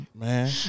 Man